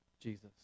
Jesus